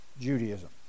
Judaism